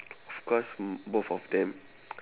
of course b~ both of them